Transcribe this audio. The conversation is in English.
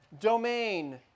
domain